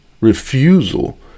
refusal